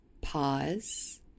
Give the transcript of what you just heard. pause